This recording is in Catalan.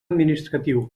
administratiu